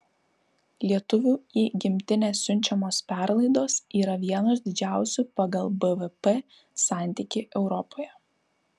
lietuvių į gimtinę siunčiamos perlaidos yra vienos didžiausių pagal bvp santykį europoje